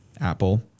Apple